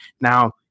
Now